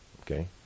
Okay